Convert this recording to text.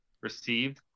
received